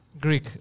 Greek